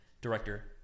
director